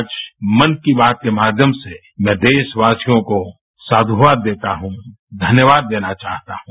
आजमन की बात के माध्यम से मैं देशवासियों को साधुवाद देता हूँ धन्यवाद देना चाहता हूँ